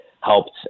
helped